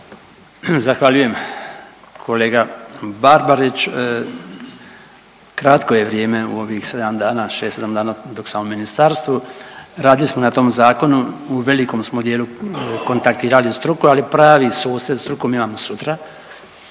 Zahvaljujem. Kolega Barbarić kratko je vrijeme u ovih 7 dana, 6-7 dana dok sam u ministarstvu. Radili smo na tom zakonu, u velikom smo dijelu kontaktirali struku, ali pravi susret strukovni imat sutra